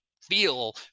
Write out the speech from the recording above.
feel